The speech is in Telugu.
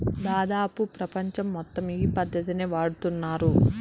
దాదాపు ప్రపంచం మొత్తం ఈ పద్ధతినే వాడుతున్నారు